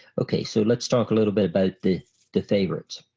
okay so let's talk a little bit about the the favorites.